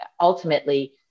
ultimately-